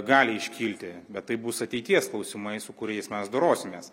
gali iškilti bet tai bus ateities klausimai su kuriais mes dorosimės